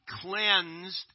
cleansed